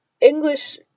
english